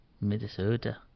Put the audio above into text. Minnesota